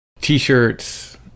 T-shirts